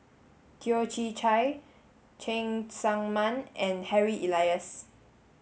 Toh Chin Chye Cheng Tsang Man and Harry Elias